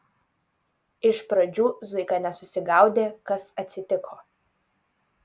iš pradžių zuika nesusigaudė kas atsitiko